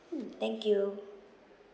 mm thank you